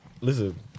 Listen